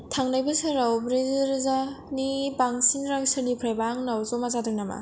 थांनाय बोसोराव ब्रैरोजानि बांसिन रां सोरनिफ्रायबा आंनाव जमा जादों नामा